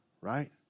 right